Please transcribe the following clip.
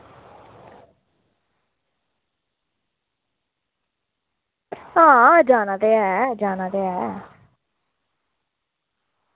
आं जाना ते ऐ जाना ते ऐ